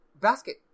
Basket